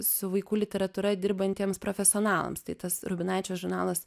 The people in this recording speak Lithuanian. su vaikų literatūra dirbantiems profesionalams tai tas rubinaičio žurnalas